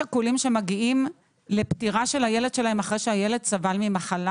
שכולים שמגיעים לפטירה של הילד שלהם אחרי שהילד סבל ממחלה?